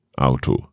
Auto